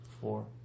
four